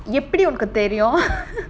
எப்படி அதுக்கு தெரியும்:eppadi adhuku theriyum